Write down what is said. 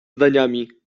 zdaniami